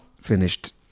finished